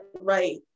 right